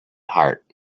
heart